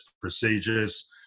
procedures